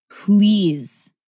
please